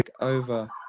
over